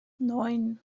neun